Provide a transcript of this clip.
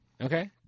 Okay